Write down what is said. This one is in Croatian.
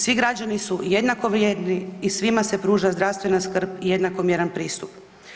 Svi građani su jednakovrijedni i svima se pruža zdravstvena skrb i jednakomjeran pristup.